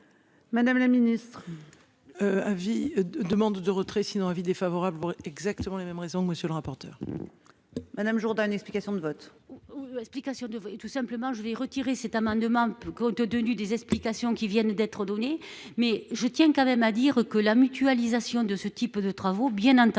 Madame la ministre. À vie. Demande de retrait sinon avis défavorable exactement les mêmes raisons. Monsieur le rapporteur. Madame Jourdain. Explications de vote. Explications de vote et tout simplement je vais retirer cet amendement peu Compte-tenu. Des explications qui viennent d'être donnés. Mais je tiens quand même à dire que la mutualisation de ce type de travaux bien entendu